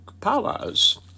powers